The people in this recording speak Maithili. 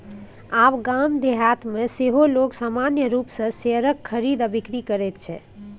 आब गाम देहातमे सेहो लोग सामान्य रूपसँ शेयरक खरीद आ बिकरी करैत छै